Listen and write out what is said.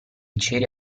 ceri